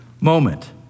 moment